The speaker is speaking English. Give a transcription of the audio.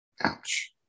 Ouch